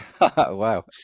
Wow